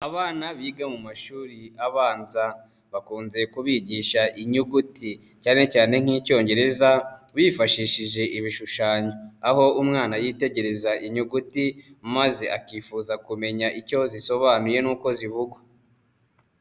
Abana biga mu mashuri abanza, bakunze kubigisha inyuguti cyane cyane nk'Icyongereza bifashishije ibishushanyo, aho umwana yitegereza inyuguti maze akifuza kumenya icyo zisobanuye n'uko zivugwa.